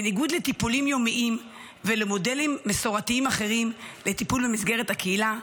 בניגוד לטיפולים יומיים ולמודלים מסורתיים אחרים לטיפול במסגרת הקהילה,